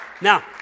Now